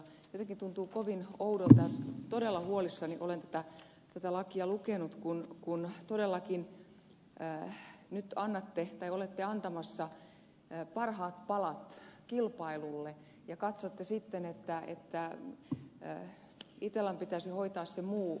jotenkin tuntuu kovin oudolta ja todella huolissani olen tätä lakia lukenut kun todellakin nyt olette antamassa parhaat palat kilpailulle ja katsotte sitten että itellan pitäisi hoitaa se muu suomi